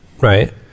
right